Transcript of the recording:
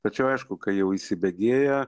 tačiau aišku kai jau įsibėgėja